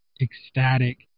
ecstatic